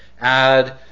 add